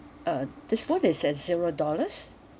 uh this [one] is at zero dollars